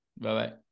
Bye-bye